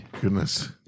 Goodness